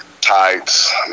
tights